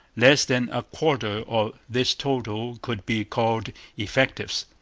less than a quarter of this total could be called effectives,